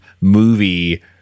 movie